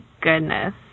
goodness